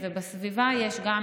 בסביבה יש גם